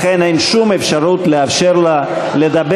לכן אין שום אפשרות לאפשר לה לדבר.